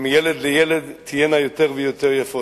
ומילד לילד תהיינה יותר ויותר יפות.